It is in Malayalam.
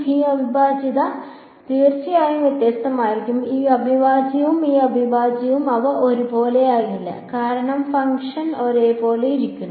ഈ അവിഭാജ്യത തീർച്ചയായും വ്യത്യസ്തമായിരിക്കും ഈ അവിഭാജ്യവും ഈ അവിഭാജ്യവും അവ ഒരുപോലെയാകില്ല കാരണം ഫംഗ്ഷൻ ഒരേപോലെ ഇരിക്കുന്നു